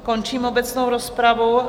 Končím obecnou rozpravu.